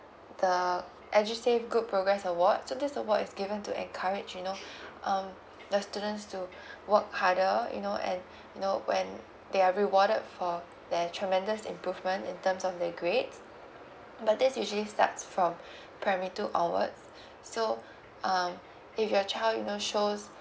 the edusave good progress award so this award is given to encourage you know um the students to work harder you know and you know when they are rewarded for their tremendous improvement in terms of their grades but this usually starts from primary two onwards so um if your child you know shows